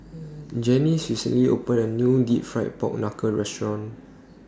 Janis recently opened A New Deep Fried Pork Knuckle Restaurant